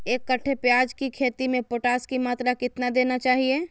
एक कट्टे प्याज की खेती में पोटास की मात्रा कितना देना चाहिए?